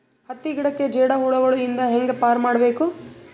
ಹತ್ತಿ ಗಿಡಕ್ಕೆ ಜೇಡ ಹುಳಗಳು ಇಂದ ಹ್ಯಾಂಗ್ ಪಾರ್ ಮಾಡಬೇಕು?